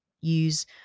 use